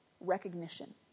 recognition